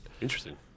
Interesting